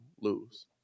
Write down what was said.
lose